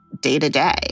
day-to-day